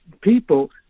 people